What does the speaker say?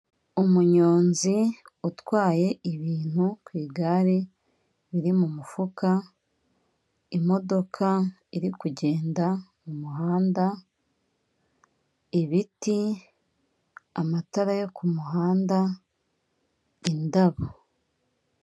Umunyonzi utwaye ibintu ku igare biri mu mufuka ,imodoka iri kugenda mu muhanda ibiti, amatara yo ku muhanda, indabo.